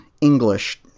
English